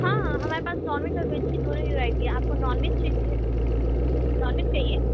ہاں ہاں ہمارے پاس نان ویج اور ویج کی دونوں ہی ورائٹی ہے آپ کو نان ویج نان ویج چاہیے